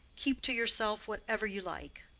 keep to yourself whatever you like.